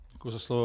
Děkuji za slovo.